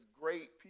great